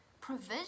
provision